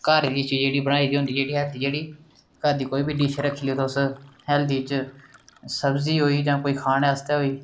घर दी चीज जेह्ड़ी बनाई दी होंदी हैल्दी जेह्ड़ी घर दी कोई बी डिश रक्खी लैओ तुस हैल्दी च सब्जी होई जां कोई खाने आस्तै होई